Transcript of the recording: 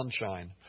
sunshine